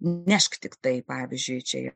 nešk tiktai pavyzdžiui čia